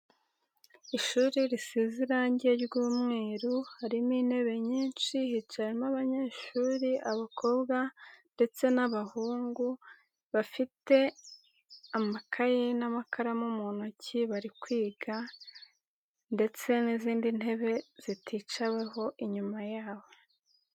Ishuri risize irange ry'umweru harimo intebe nyinshi hicayemo abanyeshuri abakobwa ndetse n'abahungu, bafite amakaye n'amakaramu mu ntoki bari kwiga ndetse n'izindi ntebe ziticaweho inyuma yabo.